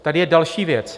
Tady je další věc.